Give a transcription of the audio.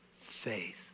faith